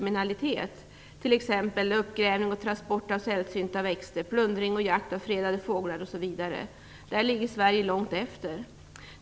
Det gäller t.ex. uppgrävning och transport av sällsynta växter, plundring och jakt av fredade fåglar osv. På det här området ligger Sverige långt efter.